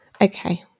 okay